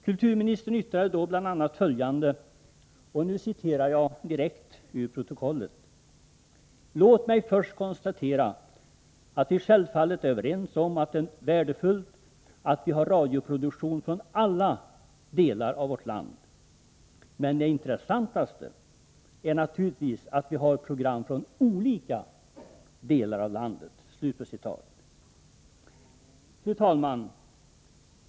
Kulturministern yttrade då bl.a. följande, och nu citerar jag direkt ur protokollet: ”Låt mig först konstatera att vi självfallet är överens om att det är värdefullt att vi har radioproduktion från alla delar av vårt land. Men det intressantaste är naturligtvis att vi har program från olika delar av landet.” Fru talman!